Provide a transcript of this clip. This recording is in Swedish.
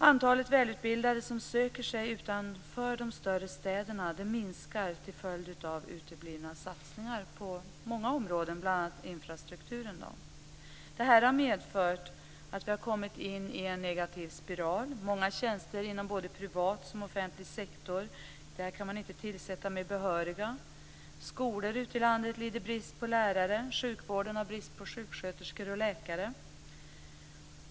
Antalet välutbildade som söker sig utanför de större städerna minskar till följd av uteblivna satsningar på många områden, bl.a. infrastrukturen. Det här har medfört att vi har kommit in i en negativ spiral. Många tjänster inom både privat och offentlig sektor kan man inte tillsätta med behöriga. Skolor ute i landet lider brist på lärare. Sjukvården har brist på sjuksköterskor och läkare.